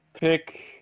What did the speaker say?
pick